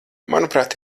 manuprāt